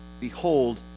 Behold